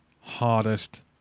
hardest